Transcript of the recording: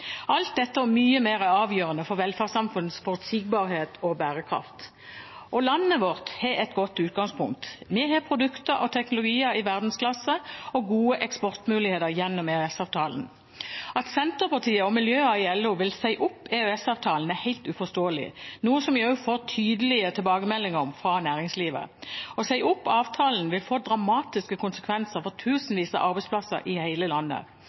Alt dette og mye mer er avgjørende for velferdssamfunnets forutsigbarhet og bærekraft. Landet vårt har et godt utgangspunkt. Vi har produkter og teknologier i verdensklasse og gode eksportmuligheter gjennom EØS-avtalen. At Senterpartiet og miljøer i LO vil si opp EØS-avtalen, er helt uforståelig, noe vi også får tydelige tilbakemeldinger om fra næringslivet. Å si opp avtalen vil få dramatiske konsekvenser for tusenvis av arbeidsplasser i hele landet.